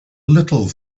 little